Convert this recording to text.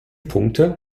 punkte